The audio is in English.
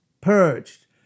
purged